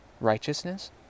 Righteousness